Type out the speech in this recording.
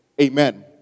Amen